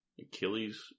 Achilles